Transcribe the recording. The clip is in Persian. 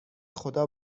خدا